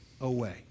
away